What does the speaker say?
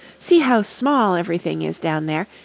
see how small everything is down there,